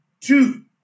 two